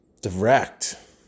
direct